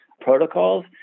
protocols